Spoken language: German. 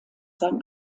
sein